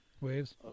waves